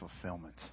fulfillment